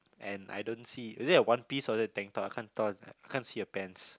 and I don't see is it a one piece or is it a tank top I can't tell I can't see the pants